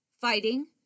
Fighting